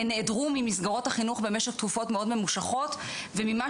נעדרו ממסגרות החינוך במשך תקופות מאוד ממושכות וממה